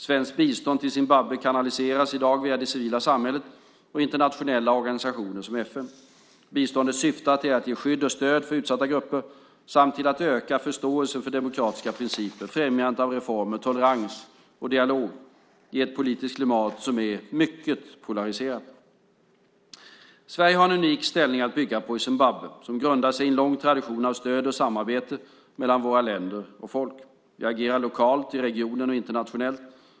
Svenskt bistånd till Zimbabwe kanaliseras i dag via det civila samhället och internationella organisationer som FN. Biståndet syftar till att ge skydd och stöd för utsatta grupper samt till att öka förståelsen för demokratiska principer, främjandet av reformer, tolerans och dialog i ett politiskt klimat som är mycket polariserat. Sverige har en unik ställning att bygga på i Zimbabwe som grundar sig i en lång tradition av stöd och samarbete mellan våra länder och folk. Vi agerar lokalt, i regionen och internationellt.